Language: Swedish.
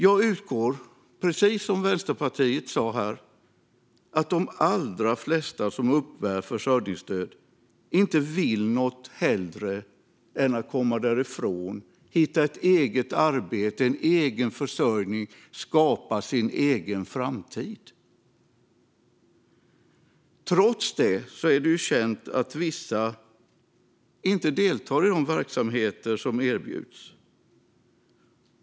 Jag utgår, precis som Vänsterpartiet sa här, från att de allra flesta som uppbär försörjningsstöd inte vill något hellre än att komma därifrån, hitta ett eget arbete, en egen försörjning och skapa sin egen framtid. Trots det är det känt att vissa inte deltar i de verksamheter som erbjuds.